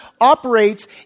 operates